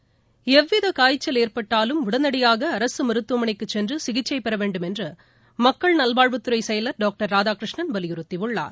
நி எவ்வித காய்ச்சல் ஏற்பட்டாலும் உடனடியாக அரசு மருத்துவமனைக்கு சென்று சிகிச்சை பெறவேண்டும் என்று மக்கள் நல்வாழ்வுத் துறை செயவர் டாக்டர் ராதாகிருஷ்ணன் வலியுறுத்தியுள்ளார்